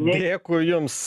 dėkui jums